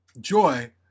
joy